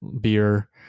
beer